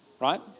Right